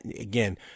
Again